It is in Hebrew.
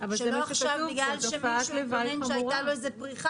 שלא עכשיו בגלל שמישהו שהייתה לו איזו פריחה